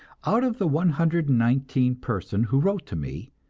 out of the one hundred and nineteen person who wrote to me,